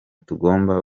tugomba